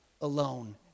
alone